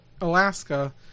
alaska